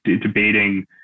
debating